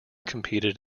competed